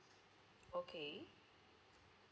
okay